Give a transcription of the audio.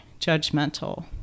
judgmental